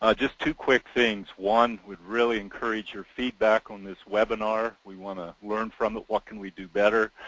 ah just two quick things, one we'd really encourage your feedback on this webinar. we wanna learn from it, what can we do better.